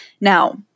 Now